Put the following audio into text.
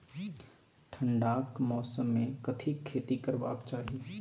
ठंडाक मौसम मे कथिक खेती करबाक चाही?